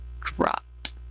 dropped